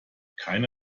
keine